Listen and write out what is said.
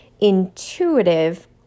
intuitive